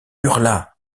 hurla